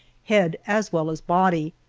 head as well as body.